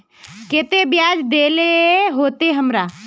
केते बियाज देल होते हमरा?